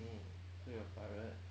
um so you are a pirate